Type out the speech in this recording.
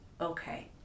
okay